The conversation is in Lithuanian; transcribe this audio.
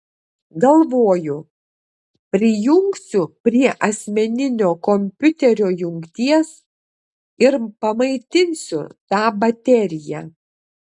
galvoju prijungsiu prie asmeninio kompiuterio jungties ir pamaitinsiu tą bateriją